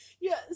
Yes